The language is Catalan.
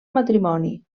matrimoni